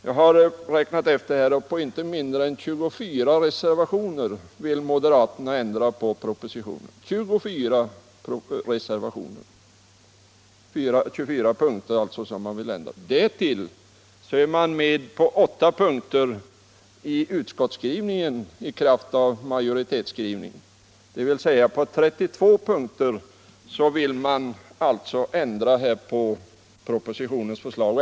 Jag har räknat efter, och på inte mindre än 24 punkter vill moderaterna ändra förslaget. Därtill är man med på åtta punkter i majoritetsskrivningen mot propositionen. Tillsammans är det på 32 punkter man vill ändra förslaget.